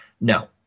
No